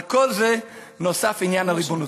על כל זה נוסף עניין הריבונות.